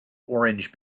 orange